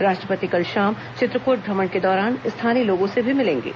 राष्ट्रपति कल शाम चित्रकोट भ्रमण के दौरान स्थानीय लोगों से भी मिलेंगे